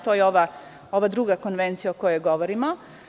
To je ova druga konvencija o kojoj govorimo.